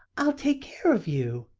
i'll take care of you,